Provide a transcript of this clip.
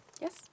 Yes